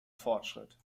fortschritt